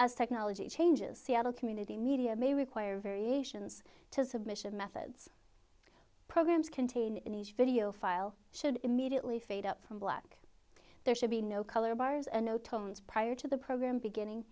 as technology changes seattle community media may require variations to submission methods programs contain video file should immediately fade up from black there should be no color bars and no tones prior to the program beginning